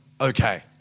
Okay